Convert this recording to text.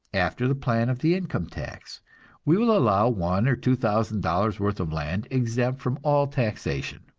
after the plan of the income tax we will allow one or two thousand dollars' worth of land exempt from all taxation,